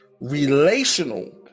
relational